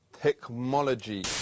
technology